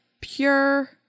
pure